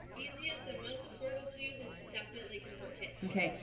easiest, and most affordable to use is definitely convertkit! okay,